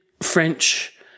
French